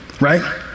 right